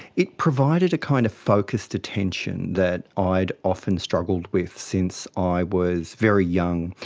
it provided a kind of focused attention that ah i had often struggled with since i was very young.